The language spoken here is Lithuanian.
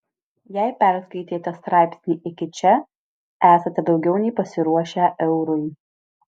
jei perskaitėte straipsnį iki čia esate daugiau nei pasiruošę eurui